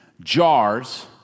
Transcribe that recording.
jars